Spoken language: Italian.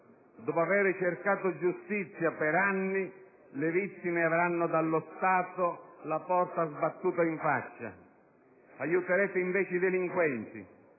Dopo aver cercato giustizia per anni, le vittime avranno dallo Stato la porta sbattuta in faccia. Aiuterete invece i delinquenti,